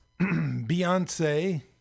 Beyonce